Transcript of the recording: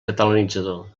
catalanitzador